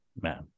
man